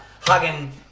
hugging